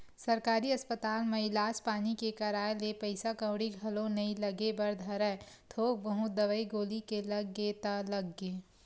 सरकारी अस्पताल म इलाज पानी के कराए ले पइसा कउड़ी घलोक नइ लगे बर धरय थोक बहुत दवई गोली के लग गे ता लग गे